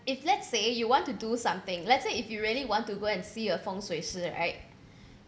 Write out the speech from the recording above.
if let's say you want to do something let's say if you really want to go and see a feng shui sir right